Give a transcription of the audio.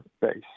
base